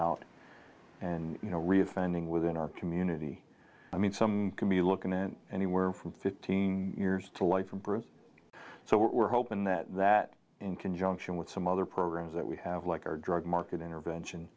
out and you know reoffending within our community i mean some could be looking at anywhere from fifteen years to life from birth so we're hoping that that in conjunction with some other programs that we have like our drug market intervention